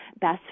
best